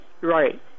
Right